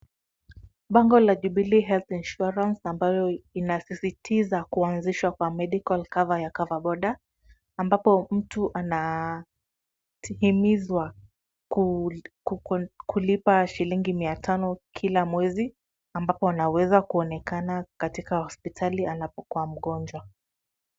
Bango la Jubilee Health Insurance ambayo inasisitiza kuanzishwa kwa medical cover ya cover boda ambapo mtu anahimizwa kulipa shillingi mia tano kila mwezi ambapo anaweza kuonekana katika hospitali anapokuwa mgonjwa.